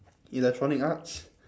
electronic arts